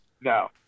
No